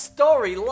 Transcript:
Story